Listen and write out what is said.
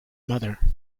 mother